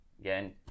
Again